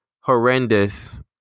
horrendous